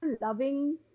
loving